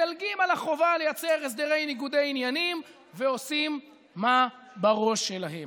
מדלגים על החובה לייצר הסדרי ניגודי עניינים ועושים מה בראש שלהם.